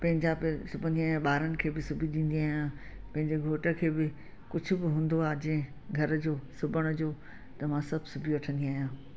पंहिंजा बि सिबंदी आहियां ॿारनि खे बि सुभी ॾींदी आहियां पंहिंजे घोटु खे बि कुझु बि हूंदो आहे जीअं घर जो सिबण जो त मां सभु सिबी वठंदी आहियां